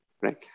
right